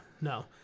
no